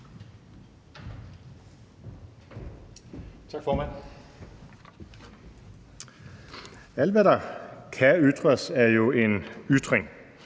Tak, formand. Alt, hvad der kan ytres, er jo en ytring,